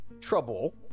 trouble